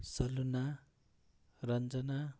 Salona Ranjana